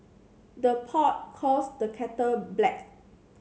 the pot calls the kettle black